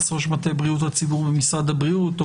ראש מטה בריאות הציבור במשרד הבריאות.